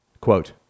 Quote